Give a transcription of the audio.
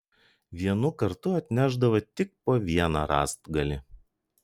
vienu kartu atnešdavo tik po vieną rąstgalį